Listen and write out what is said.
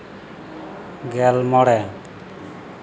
ᱜᱮᱞ ᱢᱚᱬᱮ